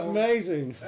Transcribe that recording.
Amazing